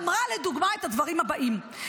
היא אמרה לדוגמה את הדברים הבאים,